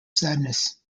sadness